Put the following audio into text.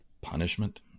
Punishment